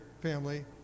family